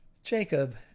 Jacob